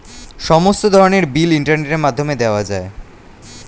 সমস্ত ধরনের বিল ইন্টারনেটের মাধ্যমে দেওয়া যায়